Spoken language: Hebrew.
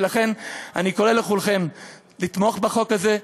ולכן אני קורא לכולכם לתמוך בחוק הזה.